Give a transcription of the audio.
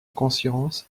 conscience